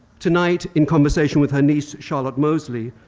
tonight, in conversation with her niece charlotte mosley,